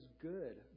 good